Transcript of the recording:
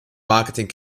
marketing